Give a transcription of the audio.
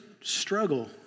struggle